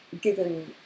given